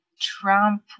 Trump